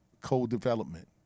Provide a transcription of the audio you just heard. co-development